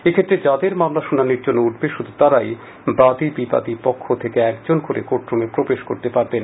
এক্ষেত্রে যাদের মামলা শুনানির জন্য উঠবে শুধু তারাই বাদি বিবাদী পক্ষ থেকে একজন করে কোর্ট রুমে প্রবেশ করতে পারবেন